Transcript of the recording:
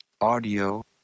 Audio